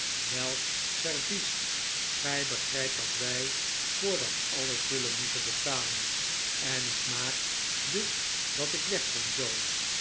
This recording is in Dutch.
welk servies gij begrijpt dat wij voor dat alles zullenmoeten betalen en ik maak dus dat ik wegkom joe